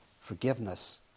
forgiveness